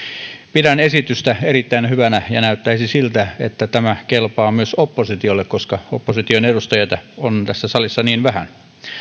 pidän esitystä erittäin hyvänä ja näyttäisi siltä että tämä kelpaa myös oppositiolle koska opposition edustajia on tässä salissa niin vähän